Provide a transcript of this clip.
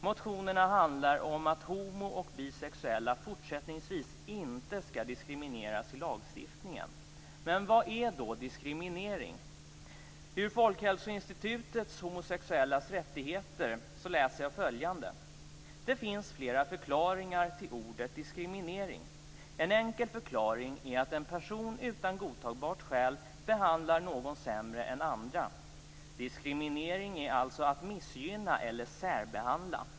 Motionerna handlar om att homo och bisexuella fortsättningsvis inte skall diskrimineras i lagstiftningen. Men vad är då diskriminering? Ur Folkhälsoinstitutets Homosexuellas rättigheter läser jag följande: Det finns flera förklaringar till ordet diskriminering. En enkel förklaring är att en person utan godtagbart skäl behandlar någon sämre än andra. Diskriminering är alltså att missgynna eller särbehandla.